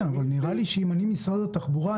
אבל נראה לי שאם אני משרד התחבורה,